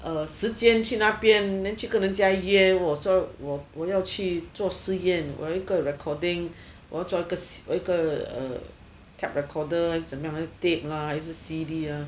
uh 时间去那边 then 去跟人家约我说我要去做实验我要一个 recording 我要做一个 tape recorder 还是怎么样还是 date lah 还是 C_D lah